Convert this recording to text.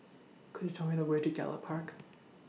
Could YOU Tell Me The Way to Gallop Park